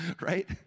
right